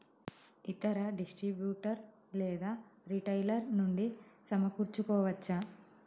ఇతర డిస్ట్రిబ్యూటర్ లేదా రిటైలర్ నుండి సమకూర్చుకోవచ్చా?